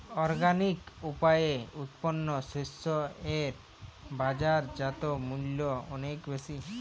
organic উপায়ে উৎপন্ন শস্য এর বাজারজাত মূল্য অনেক বেশি